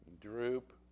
droop